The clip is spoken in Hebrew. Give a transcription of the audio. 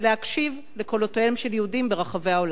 להקשיב לקולותיהם של יהודים ברחבי העולם.